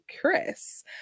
Chris